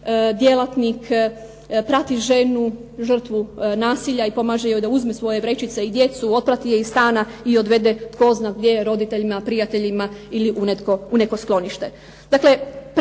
prati ženu, žrtvu nasilja i pomaže joj da uzme svoje vrećice i djecu, otprati je iz stana i odvede tko zna gdje, roditeljima, prijateljima ili u neko sklonište.